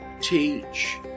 teach